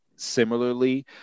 Similarly